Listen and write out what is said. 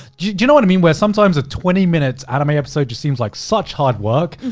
do you know what i mean where sometimes a twenty minutes anime episode just seems like such hard work?